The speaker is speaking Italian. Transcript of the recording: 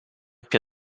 più